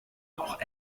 auch